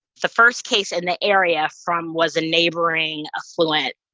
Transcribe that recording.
the first case in the area from was a neighboring affluent,